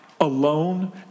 alone